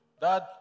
Dad